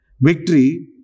Victory